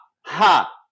ha